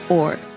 org